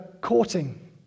courting